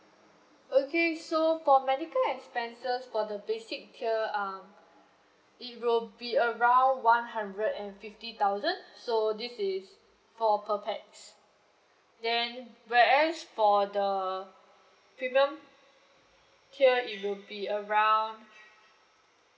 okay so for medical expenses for the basic tier uh it will be around one hundred and fifty thousand so this is for per pax then whereas for the premium tier it will be around